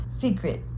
secret